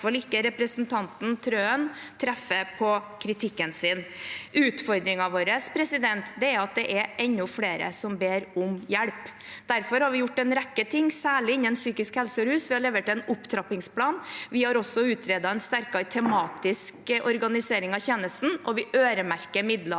ikke representanten Trøen treffer med kritikken sin. Utfordringen vår er at det er enda flere som ber om hjelp. Derfor har vi gjort en rekke ting, særlig innen psykisk helse og rus. Vi har levert en opptrappingsplan. Vi har også utredet en sterkere tematisk organisering av tjenesten, og vi øremerker midler til